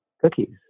cookies